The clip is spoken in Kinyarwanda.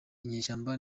inyeshyamba